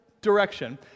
direction